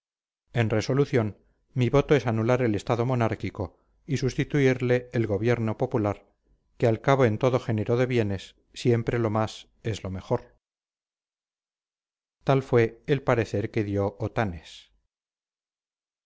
en resolución mi voto es anular el estado monárquico y sustituirle el gobierno popular que al cabo en todo género de bienes siempre lo más es lo mejor tal fue el parecer que dio otanes